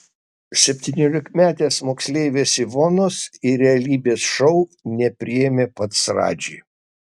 septyniolikmetės moksleivės ivonos į realybės šou nepriėmė pats radži